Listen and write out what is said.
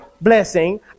blessing